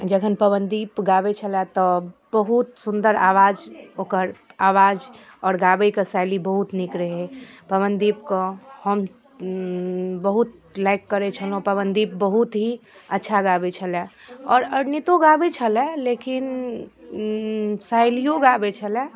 जखन पवनदीप गाबै छलाए तऽ बहुत सुन्दर आवाज ओकर आवाज आओर गाबैके शैली बहुत नीक रहै पवनदीपके हम बहुत लाइक करै छलहुॅं पवनदीप बहुत ही अच्छा गाबै छलाए आओर अरुणितो गाबै छलाए लेकिन शैलियो गाबै छलाए